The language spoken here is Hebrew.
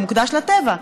הוא מוקדש לטבע.